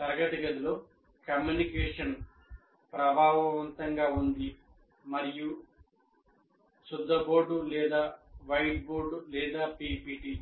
తరగతి గదిలో కమ్యూనికేషన్ ప్రభావవంతంగా ఉంది మరియు సుద్దబోర్డు లేదా వైట్బోర్డ్ లేదా పిపిటి